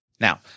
Now